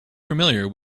familiar